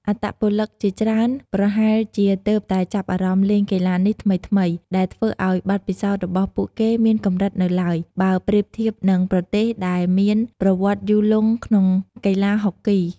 អត្តពលិកជាច្រើនប្រហែលជាទើបតែចាប់ផ្តើមលេងកីឡានេះថ្មីៗ ដែលធ្វើឲ្យបទពិសោធន៍របស់ពួកគេមានកម្រិតនៅឡើយ បើប្រៀបធៀបនឹងប្រទេសដែលមានប្រវត្តិយូរលង់ក្នុងកីឡាហុកគី។